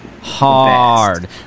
Hard